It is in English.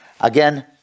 Again